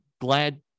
glad